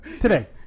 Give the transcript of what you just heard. Today